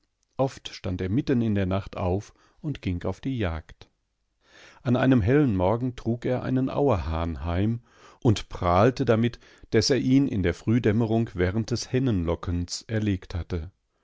oft stand er mitten in der nacht auf und ging auf die jagd an einem hellen morgen trug er einen auerhahn heim und prahlte damit daß er ihn in der frühdämmerung während des hennenlockens erlegt hatte